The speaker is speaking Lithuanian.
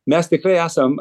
mes tikrai esam